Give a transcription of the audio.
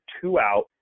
two-out